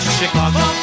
Chicago